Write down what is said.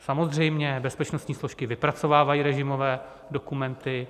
Samozřejmě, bezpečnostní složky vypracovávají režimové dokumenty.